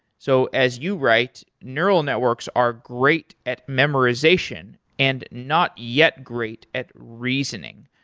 so as you write, neural networks are great at memorization and not yet great at reasoning,